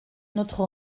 notre